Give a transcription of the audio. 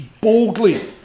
boldly